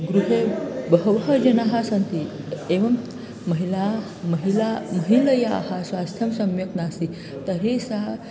गृहे बहवः जनाः सन्ति एवं महिलाः महिलायाः महिलायाः स्वास्थ्यं सम्यक् नास्ति तर्हि सा